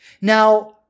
Now